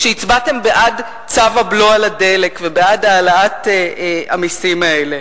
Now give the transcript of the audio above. כשהצבעתם בעד צו הבלו על הדלק ובעד העלאת המסים האלה,